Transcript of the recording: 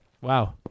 Wow